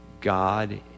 God